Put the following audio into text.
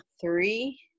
three